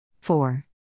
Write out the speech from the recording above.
four